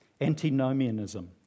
antinomianism